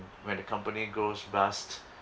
when the company goes bust